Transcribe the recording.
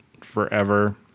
forever